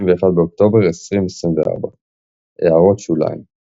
31 באוקטובר 2024 == הערות שוליים ==